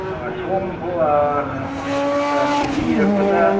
ꯑꯥ ꯁꯣꯝ ꯐꯥꯎ ꯊꯤꯟꯕꯤꯔꯛꯄꯗ